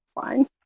Fine